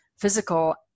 physical